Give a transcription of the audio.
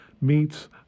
meets